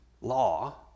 law